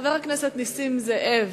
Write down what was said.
חבר הכנסת נסים זאב,